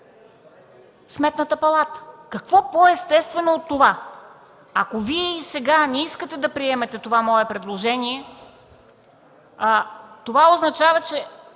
Сметната палата. Какво по естествено от това? Ако Вие и сега не искате да приемете това мое предложение, това означава, че